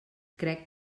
crec